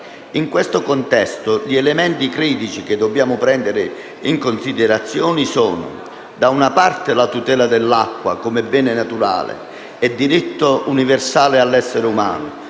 In questo contesto, gli elementi critici che dobbiamo prendere in considerazione sono: da una parte, la tutela dell’acqua, come bene naturale e diritto universale dell’essere umano;